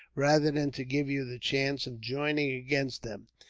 rather than to give you the chance of joining against them,